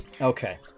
Okay